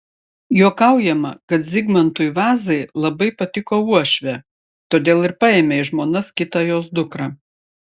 juokaujama kad zigmantui vazai labai patiko uošvė todėl ir paėmė į žmonas kitą jos dukrą